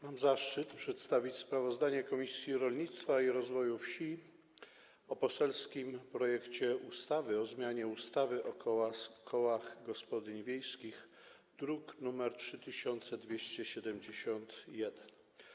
Mam zaszczyt przedstawić sprawozdanie Komisji Rolnictwa i Rozwoju Wsi o poselskim projekcie ustawy o zmianie ustawy o kołach gospodyń wiejskich, druk nr 3271.